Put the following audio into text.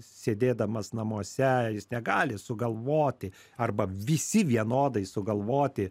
sėdėdamas namuose jis negali sugalvoti arba visi vienodai sugalvoti